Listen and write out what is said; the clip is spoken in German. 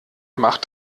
macht